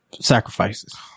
Sacrifices